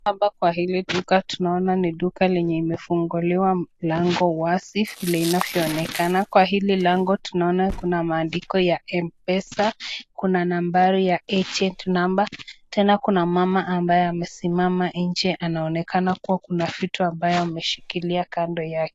hapa kwa hili duka tunaona ni duka lenye imefunguliwa mlango waZi vile inavyoonekana. Kwa hili lango tunaona kuna maandiko ya Mpesa kuna nambari ya agent number . Tena kuna mama ambaye amesimama nje anaonekana kuwa kuna vitu ambayo ameshikilia kando yake.